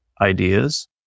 ideas